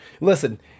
Listen